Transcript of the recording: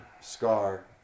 Scar